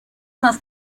más